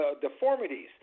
deformities